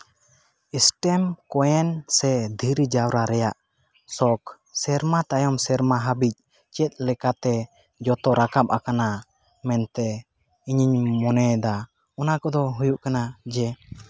ᱮᱥᱴᱮᱢ ᱠᱚᱭᱮᱱ ᱥᱮ ᱫᱷᱤᱨᱤ ᱡᱟᱣᱨᱟ ᱨᱮᱭᱟᱜ ᱥᱚᱠᱷ ᱥᱮᱨᱢᱟ ᱛᱟᱭᱚᱢ ᱥᱮᱨᱢᱟ ᱦᱟᱹᱵᱤᱡ ᱪᱮᱫ ᱞᱮᱠᱟᱛᱮ ᱡᱚᱛᱚ ᱨᱟᱠᱟᱵ ᱟᱠᱟᱱᱟ ᱢᱮᱱᱛᱮ ᱤᱧᱤᱧ ᱢᱚᱱᱮᱭᱮᱫᱟ ᱚᱱᱟ ᱠᱚᱫᱚ ᱦᱩᱭᱩᱜ ᱠᱟᱱᱟ ᱡᱮ